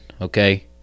Okay